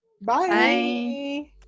Bye